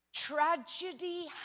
tragedy